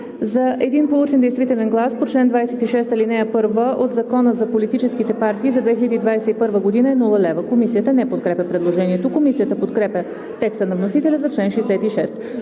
за един получен действителен глас по чл. 26, ал. 1 от Закона за политическите партии за 2021г. е 0 лв.“ Комисията не подкрепя предложението. Комисията подкрепя текста на вносителя за чл. 66.